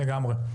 לגמרי.